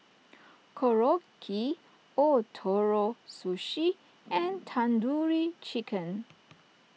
Korokke Ootoro Sushi and Tandoori Chicken